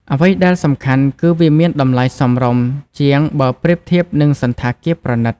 អ្វីដែលសំខាន់គឺវាមាន តម្លៃសមរម្យ ជាងបើធៀបនឹងសណ្ឋាគារប្រណីត។